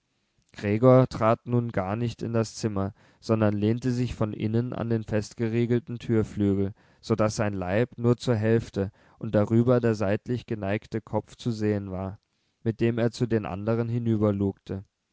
gregor trat nun gar nicht in das zimmer sondern lehnte sich von innen an den festgeriegelten türflügel so daß sein leib nur zur hälfte und darüber der seitlich geneigte kopf zu sehen war mit dem er zu den anderen